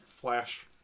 Flash